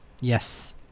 Yes